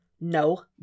No